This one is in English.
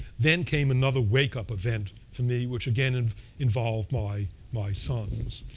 then came another wake-up event for me, which again and involved my my sons.